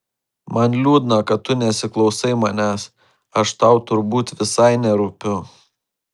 man liūdna kad tu nesiklausai manęs aš tau turbūt visai nerūpiu